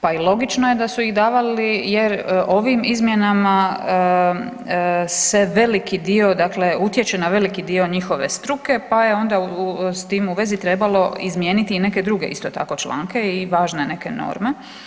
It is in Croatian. Pa i logično je da su ih davali jer ovim izmjenama se veliki dio utječe na veliki dio njihove struke pa je onda s tim u vezi trebalo izmijeniti i neke druge isto tako članke i važne neke norme.